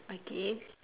okay